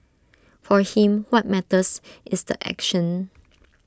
for him what matters is the action